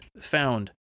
found